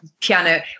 piano